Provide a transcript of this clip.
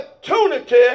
opportunity